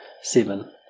seven